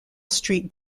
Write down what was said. street